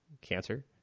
cancer